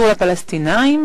הממשלה הקנדי.